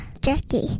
Jackie